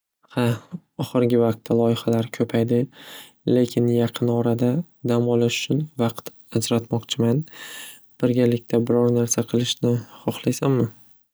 Xa oxirgi vaqtda loyihalar ko'paydi lekin yaqin orada dam olish uchun vaqt ajratmoqchiman birgalikda biror narsa qilishni xohlaysanmi?